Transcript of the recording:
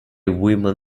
women